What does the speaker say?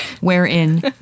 Wherein